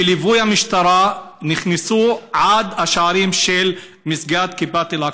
בליווי המשטרה נכנסו עד השערים של מסגד כיפת אל-אקצא.